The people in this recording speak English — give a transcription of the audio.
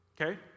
Okay